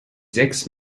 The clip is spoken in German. sechs